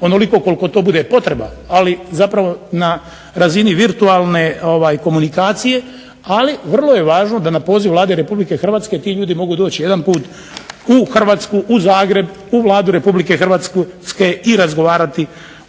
onoliko koliko to bude potreba, ali zapravo na razini virtualne komunikacije, ali je vrlo važno da na poziv Vlade RH ti ljudi mogu doći jedan put u Hrvatsku, u Zagrebu, u Vladu RH i razgovarati